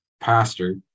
Pastor